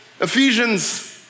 Ephesians